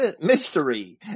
mystery